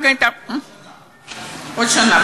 עוד שנה,